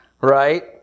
right